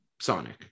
Sonic